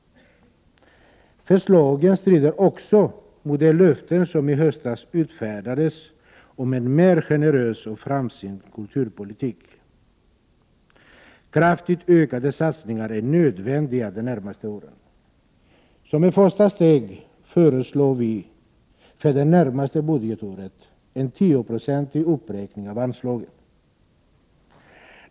Förslaget strider också mot de löften som i höstas utfärdades om en mer generös och framsynt kulturpolitik. Kraftigt ökade satsningar är nödvändiga de närmaste åren. Som ett första steg föreslår vi för det närmaste budgetåret en 10-procentig uppräkning av anslagen.